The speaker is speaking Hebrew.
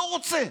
לא רוצה.